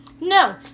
No